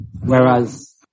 whereas